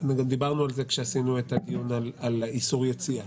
וגם דיברנו על זה כשעשינו את הדיון על איסור יציאה.